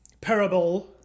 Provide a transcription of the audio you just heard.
parable